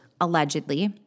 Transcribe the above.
allegedly